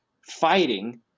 fighting